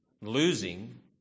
losing